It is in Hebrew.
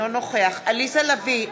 אינו נוכח עליזה לביא,